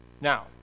Now